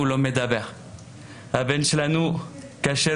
הכול